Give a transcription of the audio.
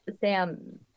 Sam